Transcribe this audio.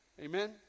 Amen